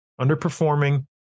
underperforming